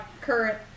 current